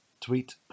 tweet